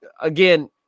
again